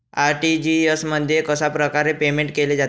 RTGS मध्ये कशाप्रकारे payment केले जाते?